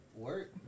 work